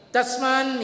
Tasman